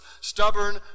stubborn